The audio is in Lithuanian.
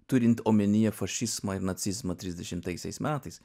turint omenyje fašizmą nacizmą trisdešimtaisiais metais